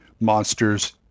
monsters